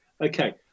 Okay